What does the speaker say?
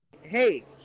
Hey